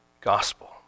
gospel